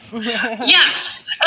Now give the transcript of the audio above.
Yes